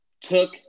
took